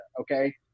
Okay